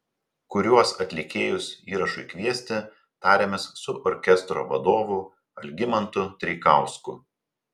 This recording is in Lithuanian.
kuriuos atlikėjus įrašui kviesti tarėmės su orkestro vadovu algimantu treikausku